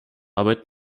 arbeit